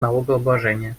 налогообложения